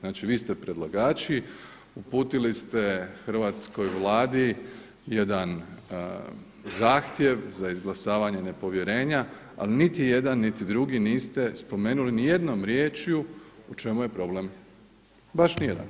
Znači vi ste predlagači, uputili ste hrvatskoj Vladi jedan zahtjev za izglasavanjem nepovjerenja, ali niti jedan niti drugi niste spomenuli nijednom riječju u čemu je problem, baš nijedan.